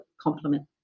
complement